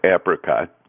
apricot